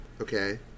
Okay